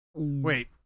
Wait